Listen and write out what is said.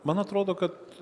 man atrodo kad